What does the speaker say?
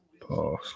Pause